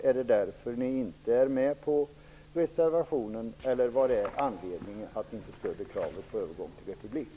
Är det därför som ni inte är med på reservationen, eller vad är anledningen till att inte stödja kravet på övergång till republik?